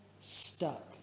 stuck